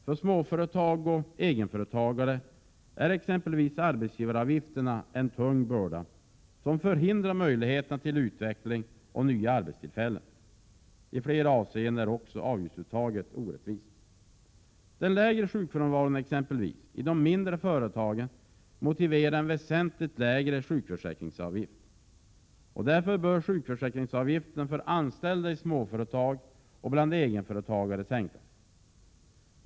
För småföretag och egenföretagare är arbetsgivaravgifterna en tung börda, som förhindrar möjligheterna till utveckling och nya arbetstillfällen. I flera avseenden är också avgiftsuttaget orättvist. Den lägre sjukfrånvaron i de mindre företagen motiverar en väsentligt lägre sjukförsäkringsavgift. Därför bör sjukförsäkringsavgiften för anställda i småföretag och bland egenföretagare sänkas.